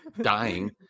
dying